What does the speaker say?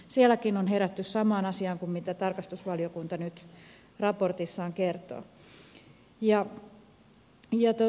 sielläkin on herätty samaan asiaan kuin mitä tarkastusvaliokunta nyt raportissaan kertoo